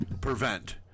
prevent